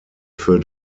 für